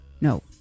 No